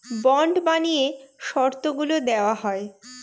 bond বানিয়ে শর্তগুলা দেওয়া হয়